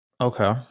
Okay